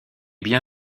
bien